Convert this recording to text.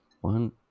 One